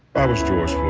i was george